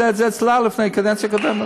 היא הייתה עושה את זה אצלה בקדנציה קודמת.